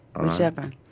whichever